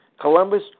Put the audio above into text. Columbus